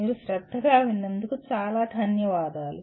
మీరు శ్రద్ధగా విన్నందుకు చాలా ధన్యవాదాలు